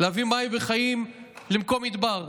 להביא מים וחיים למקום מדבר,